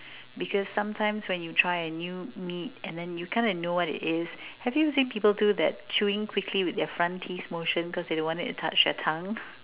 because sometimes when you try a new meat and then you kind of know what it is have you seen people do that chewing quickly with their front teeth motion because they don't want it to touch their tongue